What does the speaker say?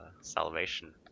salvation